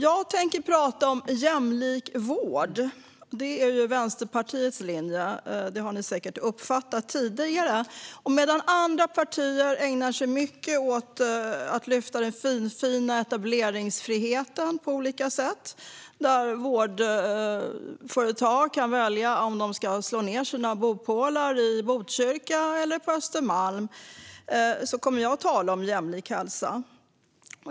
Jag tänker tala om jämlik vård. Det är Vänsterpartiets linje. Det har ni säkert uppfattat tidigare. Medan andra partier ägnar sig mycket åt att lyfta fram den finfina etableringsfriheten på olika sätt, där vårdföretag kan välja om de ska slå ned sina bopålar i Botkyrka eller Östermalm, kommer jag att tala om jämlik hälsa.